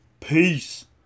Peace